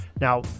Now